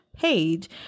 page